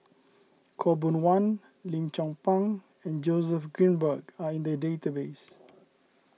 Khaw Boon Wan Lim Chong Pang and Joseph Grimberg are in the database